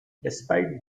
despite